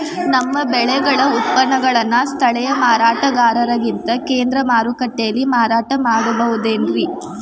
ನಮ್ಮ ಬೆಳೆಗಳ ಉತ್ಪನ್ನಗಳನ್ನ ಸ್ಥಳೇಯ ಮಾರಾಟಗಾರರಿಗಿಂತ ಕೇಂದ್ರ ಮಾರುಕಟ್ಟೆಯಲ್ಲಿ ಮಾರಾಟ ಮಾಡಬಹುದೇನ್ರಿ?